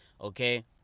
Okay